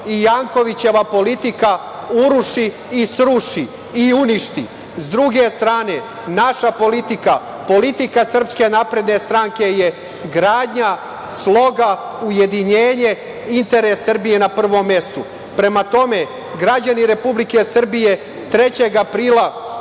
i Jankovićeva politika da uruši i sruši i uništi. Sa druge strane, naša politika, politika SNS je gradnja, sloga, ujedinjenje, interes Srbije na prvom mestu. Prema tome, građani Republike Srbije 3. aprila